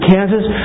Kansas